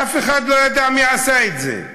אף אחד לא ידע מי עשה את זה,